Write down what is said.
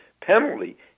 penalty